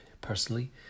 personally